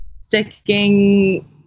sticking